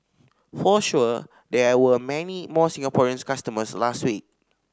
for sure there were many more Singaporeans customers last week